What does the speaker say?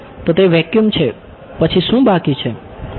તો તે વેક્યુમ છે પછી શું બાકી છે